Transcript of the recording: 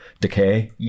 decay